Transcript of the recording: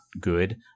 good